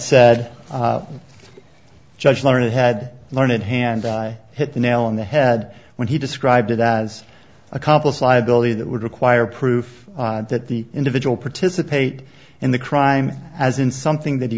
said judge learned had learned hand i hit the nail on the head when he described it as accomplice liability that would require proof that the individual participate in the crime as in something that he